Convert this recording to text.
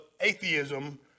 atheism